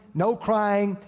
no crying,